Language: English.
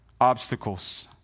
obstacles